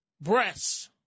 breasts